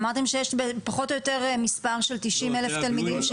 אמרתם שיש בערך מספר של 90,000 תלמידים.